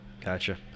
Gotcha